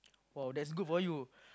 oh that's good for you